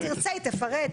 היא תרצה, היא תפרט.